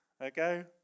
Okay